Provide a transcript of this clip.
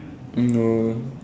oh